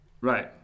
Right